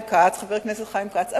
חבר הכנסת חיים כץ,